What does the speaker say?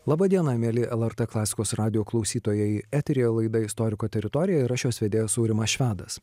laba diena mieli lrt klasikos radijo klausytojai eteryje laida istoriko teritorija ir aš jos vedėjas aurimas švedas